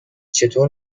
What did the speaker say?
چطور